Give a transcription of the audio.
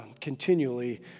continually